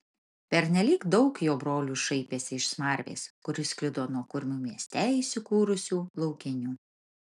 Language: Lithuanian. pernelyg daug jo brolių šaipėsi iš smarvės kuri sklido nuo kurmių mieste įsikūrusių laukinių